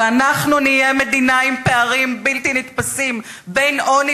ואנחנו נהיה מדינה עם פערים בלתי נתפסים בין עוני